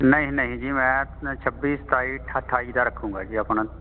ਨਹੀਂ ਨਹੀਂ ਜੀ ਮੈਂ ਆਪਣਾ ਛੱਬੀ ਸਤਾਈ ਠ ਠਾਈ ਦਾ ਰੱਖੂਗਾ ਜੀ ਆਪਣਾ